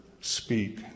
speak